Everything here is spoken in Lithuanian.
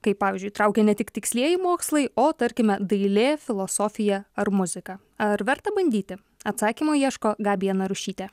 kai pavyzdžiui traukia ne tik tikslieji mokslai o tarkime dailė filosofija ar muzika ar verta bandyti atsakymų ieško gabija narušytė